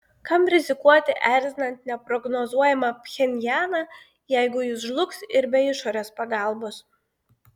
kam rizikuoti erzinant neprognozuojamą pchenjaną jeigu jis žlugs ir be išorės pagalbos